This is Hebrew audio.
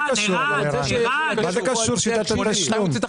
מה קשורה שיטת התשלום?